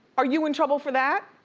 are you in trouble for that?